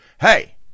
hey